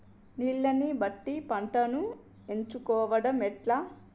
నీళ్లని బట్టి పంటను ఎంచుకోవడం ఎట్లా?